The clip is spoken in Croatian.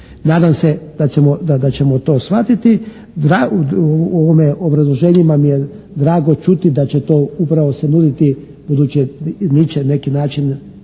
Nadam se da ćemo to shvatiti. U obrazloženjima mi je drago čuti da će to upravo se nuditi, budući niče na neki način